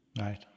Right